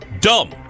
dumb